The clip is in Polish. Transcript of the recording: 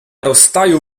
rozstaju